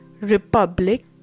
republic